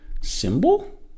symbol